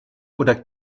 oder